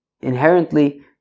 inherently